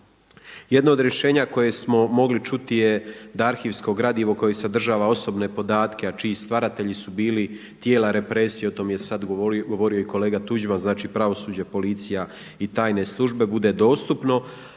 Jedno od rješenja koje smo mogli čuti je da arhivsko gradivo koje sadržava osobne podatke, a čiji stvaratelji su bili tijela represije, o tome je sada govorio i kolega Tuđman, znači pravosuđe, policija i tajne službe, bude dostupno